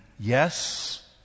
Yes